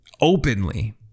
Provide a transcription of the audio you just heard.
openly